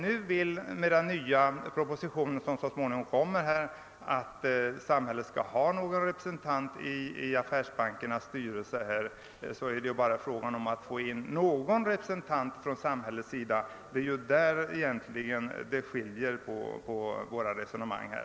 Syftet med den nya proposition som så småningom kommer om att samhället skall ha representanter i affärsbankernas styrelser är bara att det skall finnas med någon representant för samhället. Det är där skillnaden ligger.